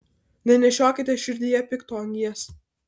nenešiokite širdyje pikto angies